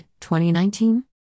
2019